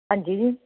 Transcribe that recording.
ਹਾਂਜੀ ਜੀ